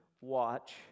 watch